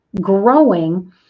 growing